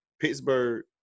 Pittsburgh